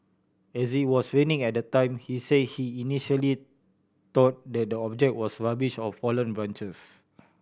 as it was raining at the time he say he initially thought that the object was rubbish or fallen branches